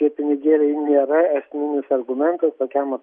tie pinigėliai nėra esminis argumentas tokiam